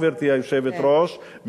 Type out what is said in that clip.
גברתי היושבת-ראש,